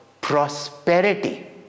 prosperity